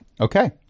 Okay